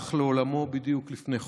הלך לעולמו בדיוק לפני חודש.